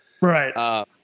Right